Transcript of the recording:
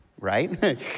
right